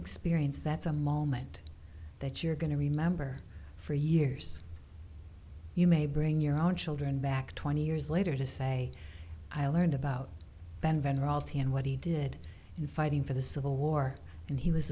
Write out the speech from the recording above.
experience that's a moment that you're going to remember for years you may bring your own children back twenty years later to say i learned about ben venter altie and what he did in fighting for the civil war and he was